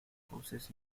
houses